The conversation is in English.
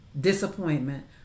disappointment